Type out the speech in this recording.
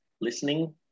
listening